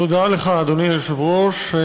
תודה לך, אדוני היושב-ראש.